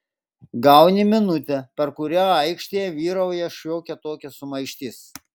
gauni minutę per kurią aikštėje vyrauja šiokia tokia sumaištis